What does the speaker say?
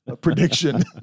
prediction